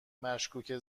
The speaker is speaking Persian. مشکوکه